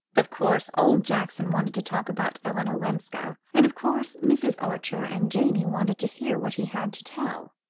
of course old jackson wanted to talk about ellen olenska, and of course mrs. archer and janey wanted to hear what he had to tell.